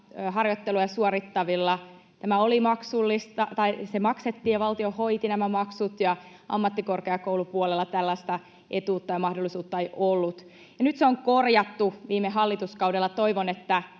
harjoittelua suorittavista se maksettiin ja valtio hoiti nämä maksut mutta ammattikorkeakoulupuolella tällaista etuutta ja mahdollisuutta ei ollut. Se on korjattu viime hallituskaudella. Toivon, että